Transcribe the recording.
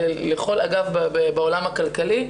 לכל אגף בעולם הכלכלי.